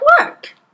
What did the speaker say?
work